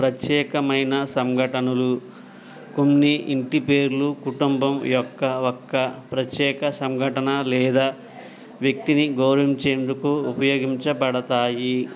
ప్రత్యేకమైన సంఘటనలు కొన్ని ఇంటి పేర్లు కుటుంబం యొక్క ఒక్క ప్రత్యేక సంఘటన లేదా వ్యక్తిని గౌరవించేందుకు ఉపయోగించబడతాయి